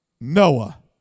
Noah